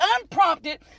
unprompted